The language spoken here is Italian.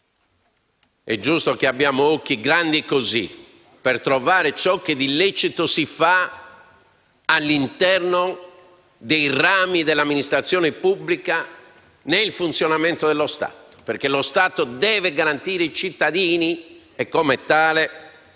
È giusto che teniamo gli occhi bene aperti per trovare ciò che di illecito si fa all'interno dei rami dell'amministrazione pubblica, nel funzionamento dello Stato, perché esso deve garantire i cittadini e come tale